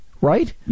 right